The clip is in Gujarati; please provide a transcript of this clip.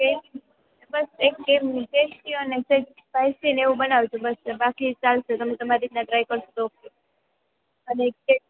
બસ એક એક ટેસ્ટી અને સહેજ સ્પાઈસી અને એવું બનાવજો બસ બાકી ચાલશે તમે તમારી રીતના ટ્રાય કરજો અને એક